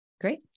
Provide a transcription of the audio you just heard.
Great